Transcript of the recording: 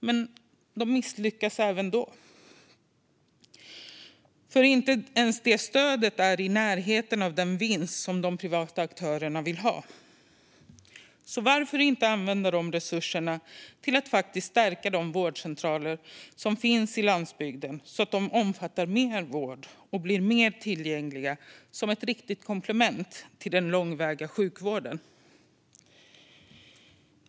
Men de misslyckas även då, för inte ens det stödet är i närheten av den vinst som de privata aktörerna vill ha. Varför inte använda de resurserna till att stärka de vårdcentraler som finns på landsbygden, så att de omfattar mer vård och blir mer tillgängliga som ett riktigt komplement till den långväga sjukvården?